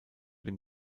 dem